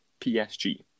PSG